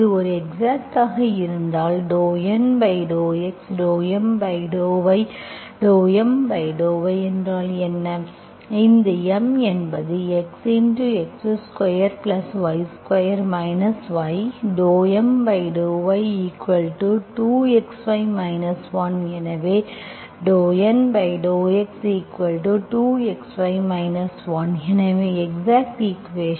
இது ஒரு எக்ஸாக்ட் ஆக இருந்தால் ∂N∂x ∂M∂y ∂M∂yஎன்றால் என்ன இந்த M என்பது xx2y2 y ∂M∂y2xy 1 எனவே ∂N∂x2xy 1 எனவே எக்ஸாக்ட் ஈக்குவேஷன்